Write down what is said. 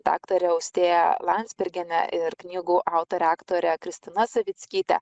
daktare austėja landsbergiene ir knygų autore aktore kristina savickyte